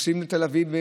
נוסעים לתל אביב,